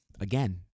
Again